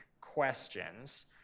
questions